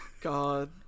God